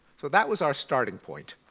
so that was our starting point.